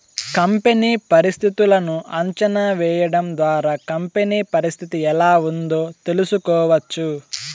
company పరిస్థితులను అంచనా వేయడం ద్వారా కంపెనీ పరిస్థితి ఎలా ఉందో తెలుసుకోవచ్చు